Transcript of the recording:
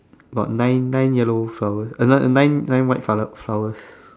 got nine nine yellow flowers uh nine nine white colored flowers